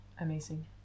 amazing